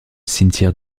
cimetière